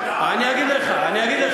אני אגיד לך.